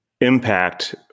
impact